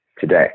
today